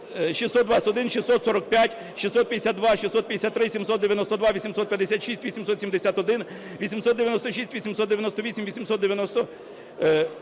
621, 645, 652, 653, 792, 856, 871, 896, 898, 898…